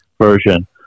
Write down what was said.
version